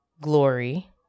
glory